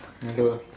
hello